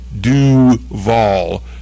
Duval